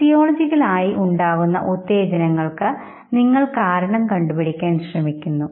physiological ആയി ഉണ്ടാകുന്ന ഉത്തേജനങ്ങൾക്കു നിങ്ങൾ കാരണം കണ്ടു പിടിക്കാൻ ശ്രമിക്കുന്നു